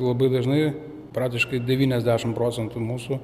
labai dažnai praktiškai devyniasdešim procentų mūsų